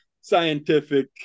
scientific